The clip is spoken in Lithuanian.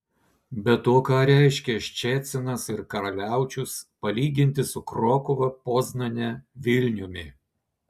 be to ką reiškia ščecinas ir karaliaučius palyginti su krokuva poznane vilniumi